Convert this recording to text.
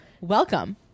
welcome